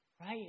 right